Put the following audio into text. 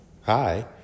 hi